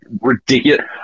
ridiculous